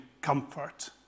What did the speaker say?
comfort